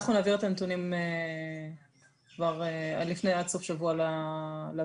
אנחנו נעביר את הנתונים עד סוף השבוע לוועדה,